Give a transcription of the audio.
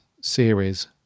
Series